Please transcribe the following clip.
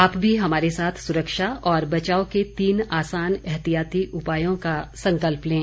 आप भी हमारे साथ सुरक्षा और बचाव के तीन आसान एहतियाती उपायों का संकल्प लें